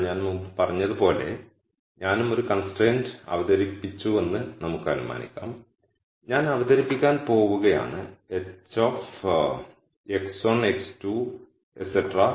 എന്നാൽ ഞാൻ മുമ്പ് പറഞ്ഞതുപോലെ ഞാനും ഒരു കൺസ്ട്രയിന്റ് അവതരിപ്പിച്ചുവെന്ന് നമുക്ക് അനുമാനിക്കാം ഞാൻ അവതരിപ്പിക്കാൻ പോവുകയാണ് hx1 x2